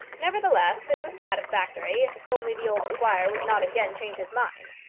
nevertheless it was satisfactory, if only the old squire would not again change his mind.